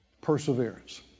perseverance